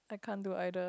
I can't do either